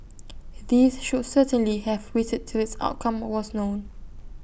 these should certainly have waited till its outcome was known